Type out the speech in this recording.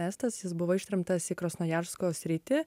estas jis buvo ištremtas į krasnojarsko sritį